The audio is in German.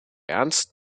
ernst